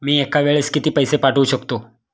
मी एका वेळेस किती पैसे पाठवू शकतो?